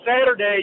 saturday